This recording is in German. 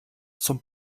zum